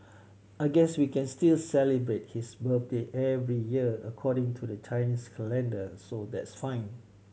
I guess we can still celebrate his birthday every year according to the Chinese calendar so that's fine